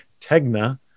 Tegna